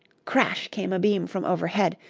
crash! came a beam from overhead,